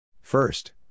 First